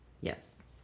yes